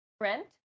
rent